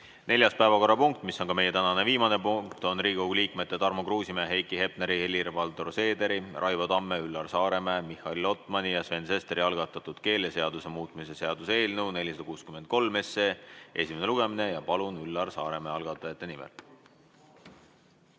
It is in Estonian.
Neljas päevakorrapunkt, mis on ka meie tänane viimane punkt, on Riigikogu liikmete Tarmo Kruusimäe, Heiki Hepneri, Helir-Valdor Seederi, Raivo Tamme, Üllar Saaremäe, Mihhail Lotmani ja Sven Sesteri algatatud keeleseaduse muutmise seaduse eelnõu 463 esimene lugemine. Palun, Üllar Saaremäe, algatajate nimel!